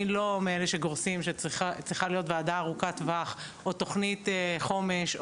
אני לא מאלה שגורסים שצריכה להיות וועדה ארוכת טווח או תוכנית חומש,